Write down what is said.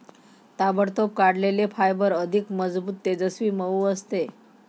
ताबडतोब काढलेले फायबर अधिक मजबूत, तेजस्वी, मऊ असते